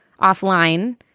offline